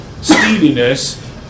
steeliness